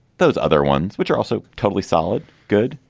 those other ones which are also totally solid, good,